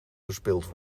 verspild